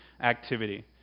activity